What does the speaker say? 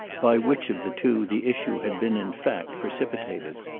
by which of the two the issue had been in fact precipitated.